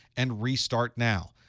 and restart now.